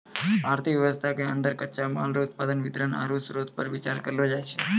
आर्थिक वेवस्था के अन्दर कच्चा माल रो उत्पादन वितरण आरु श्रोतपर बिचार करलो जाय छै